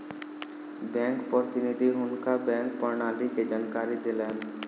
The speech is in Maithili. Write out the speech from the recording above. बैंक प्रतिनिधि हुनका बैंक प्रणाली के जानकारी देलैन